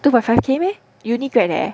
two point five K meh uni grad leh